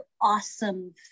awesome